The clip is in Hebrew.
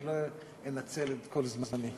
אני לא אנצל את כל זמני.